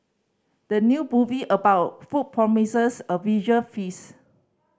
the new movie about food promises a visual feast